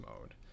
mode